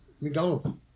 McDonald's